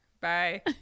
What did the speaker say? Bye